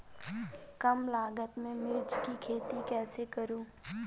कम लागत में मिर्च की खेती कैसे करूँ?